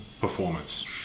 performance